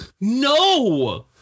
No